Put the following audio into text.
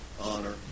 honor